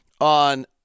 on